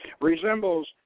resembles